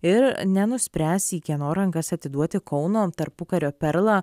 ir nenuspręs į kieno rankas atiduoti kauno tarpukario perlą